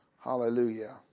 Hallelujah